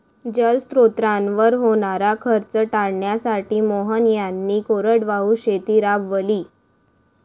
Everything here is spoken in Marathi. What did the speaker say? जलस्रोतांवर होणारा खर्च टाळण्यासाठी मोहन यांनी कोरडवाहू शेती राबवली